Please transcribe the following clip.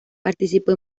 participó